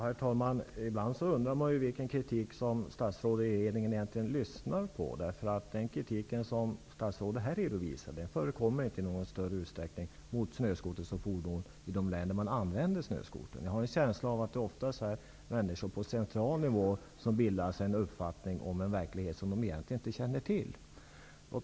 Herr talman! Ibland undrar man vilken kritik som statsråden i regeringen lyssnar på. Den kritik mot snöskotern som fordon förekommer inte i någon större utsträckning i de län där man använder snöskoter. Jag har en känsla av att det oftast är människor på central nivå som bildar sig en uppfattning om en verklighet som de egentligen inte känner till.